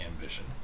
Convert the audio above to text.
Ambition